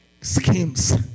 schemes